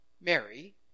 Mary